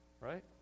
right